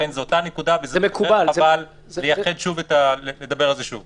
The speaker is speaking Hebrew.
לכן זו אותה נקודה וחבל לדבר על זה שוב.